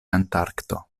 antarkto